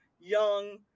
young